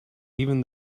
even